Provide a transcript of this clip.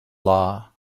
law